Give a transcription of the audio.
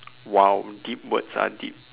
!wow! deep words ah deep